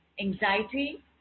anxiety